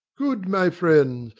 good my friends,